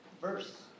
verse